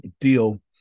deal